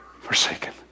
forsaken